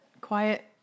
quiet